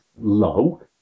low